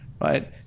right